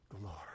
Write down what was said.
glory